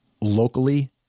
locally